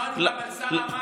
דיברנו גם על שר המים,